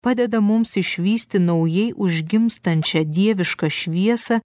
padeda mums išvysti naujai užgimstančią dievišką šviesą